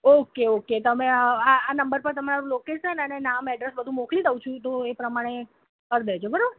okay okay તમે આ આ નંબર પર લોકેશન અને નામ એડ્રેસ બધું મોકલી દઉં છું તો એ પ્રમાણે કરી દેજો બરાબર